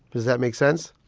does that make sense?